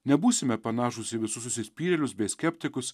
nebūsime panašūs į visus užsispyrėlius bei skeptikus